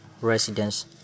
residents